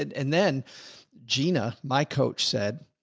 and, and then gina, my coach said,